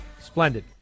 Splendid